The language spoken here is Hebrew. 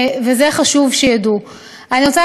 חשוב שידעו את זה.